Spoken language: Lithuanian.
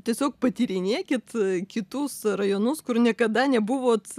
tiesiog patyrinėkit kitus rajonus kur niekada nebuvot